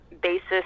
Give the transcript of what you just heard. basis